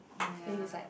ya